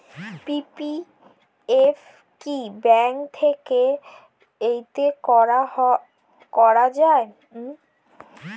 PPF কি bank থেকে ক্রয় করা যায়?